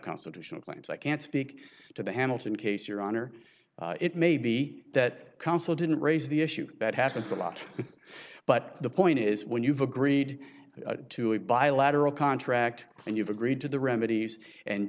constitutional claims i can't speak to the hamilton case your honor it may be that counsel didn't raise the issue that happens a lot but the point is when you've agreed to a bilateral contract and you've agreed to the remedies and